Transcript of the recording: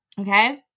okay